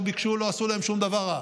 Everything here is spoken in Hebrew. לא ביקשו, לא עשו להם שום דבר רע.